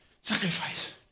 sacrifice